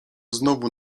znowu